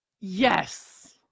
yes